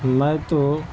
میں تو